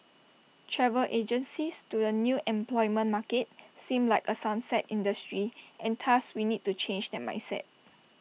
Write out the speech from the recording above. travel agencies to the new employment market seem like A sunset industry and thus we need to change that mindset